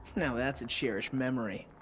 now that's a cherished memory.